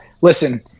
listen